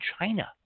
China